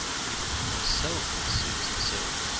even to myself it seems absurd,